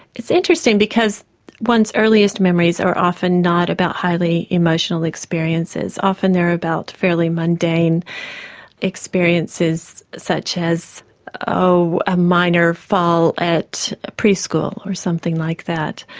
it's interesting because one's earliest memories are often not about highly emotional experiences, often they're about fairly mundane experiences such as oh, a minor fall at pre-school or something like that.